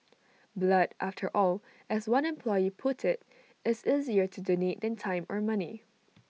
blood after all as one employee put IT is easier to donate than time or money